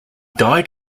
died